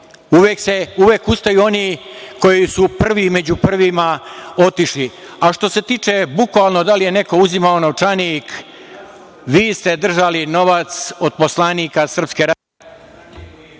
Uvek ustaju oni koji su prvi među prvima otišli. Što se tiče bukvalno da li je neko uzimao novčanik, vi ste držali novac od poslanika SRS…